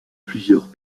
plusieurs